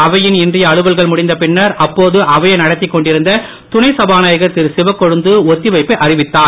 அவையின் இன்றைய அலுவல்கள் முடிந்த பின்னர் அப்போது அவையை நடத்திக் கொண்டிருந்த துணை சபாநாயகர் திருகிவக்கொழுந்து ஒத்திவைப்பை அறிவித்தார்